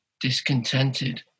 discontented